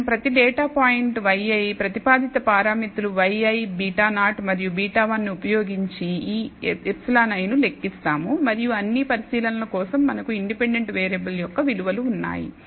మనం ప్రతి data point yi ప్రతిపాదిత పారామితులు yi β0 మరియు β1 ఉపయోగించి ei ను లెక్కిస్తాము మరియు అన్ని పరిశీలనల కోసం మనకు ఇండిపెండెంట్ వేరియబుల్ యొక్క విలువలు ఉన్నాయి